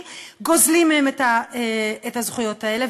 גוזלים מהם את הזכויות האלה.